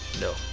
No